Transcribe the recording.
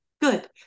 Good